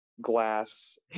glass